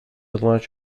launch